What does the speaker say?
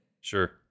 Sure